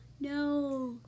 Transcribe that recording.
No